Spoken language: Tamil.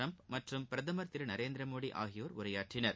டிரம்ப் மற்றும் பிரதமர் திரு நரேந்திரமோடி ஆகியோர் உரையாற்றினர்